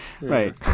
Right